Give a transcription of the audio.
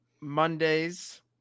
Mondays